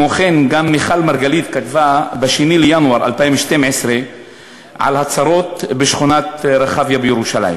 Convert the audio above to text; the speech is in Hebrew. גם מיכל מרגלית כתבה ב-2 בינואר 2012 על הצרות בשכונת רחביה בירושלים.